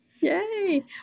Yay